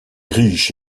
riche